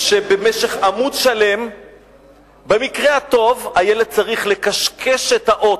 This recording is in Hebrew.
שעל עמוד שלם במקרה הטוב הילד צריך לקשקש את האות.